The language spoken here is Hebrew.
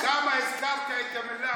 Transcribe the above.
ספרתי.